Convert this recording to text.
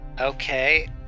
Okay